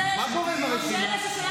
לא קיבלתי רשימה,